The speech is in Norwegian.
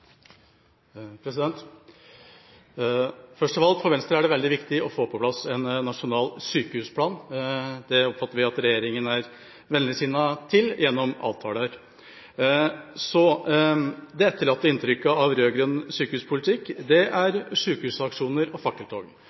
det veldig viktig å få på plass en nasjonal sykehusplan. Det oppfatter vi at regjeringen er vennligsinnet til gjennom avtaler. Det etterlatte inntrykket av rød-grønn sykehuspolitikk er sykehusaksjoner og fakkeltog.